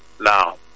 now